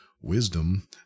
wisdom